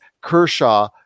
Kershaw